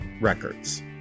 records